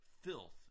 filth